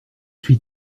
suis